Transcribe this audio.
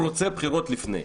הוא רוצה בחירות לפני.